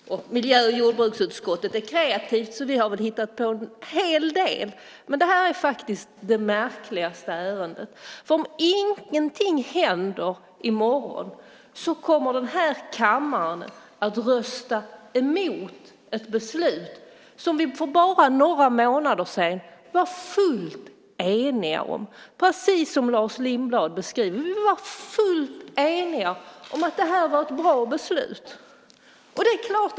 Miljö och jordbruksutskottet är kreativt, och vi har hittat på en hel del. Men det här är faktiskt det märkligaste ärendet. Om ingenting händer i morgon kommer den här kammaren att rösta emot ett beslut som vi för bara några månader sedan var fullt eniga om, precis som Lars Lindblad beskrev det. Vi var fullt eniga om att det var ett bra beslut.